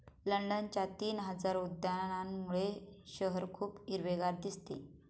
लंडनच्या तीन हजार उद्यानांमुळे शहर खूप हिरवेगार दिसते